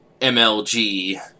MLG